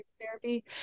therapy